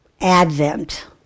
Advent